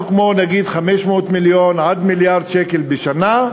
כמו נגיד 500 מיליון עד מיליארד שקל בשנה,